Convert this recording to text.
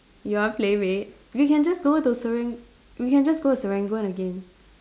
you want PlayMade we can just go to Seran~ we can just go to Serangoon again